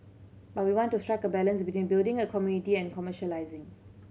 but we want to strike a balance between building a community and commercialising